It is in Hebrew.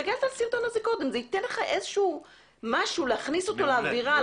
תסתכל על הסרטון - להכניס אותו לאווירה.